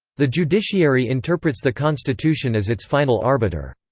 the judiciary interprets the constitution as its final arbiter.